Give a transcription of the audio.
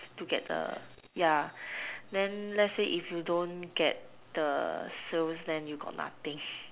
to get the ya then let's say if don't get the sales then you got nothing